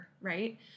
right